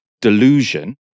delusion